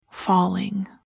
falling